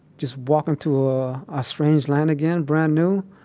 just walking through a ah strange land again, brand new